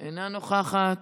אינה נוכחת,